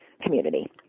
community